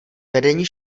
vedení